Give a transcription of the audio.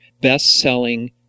best-selling